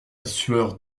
sueur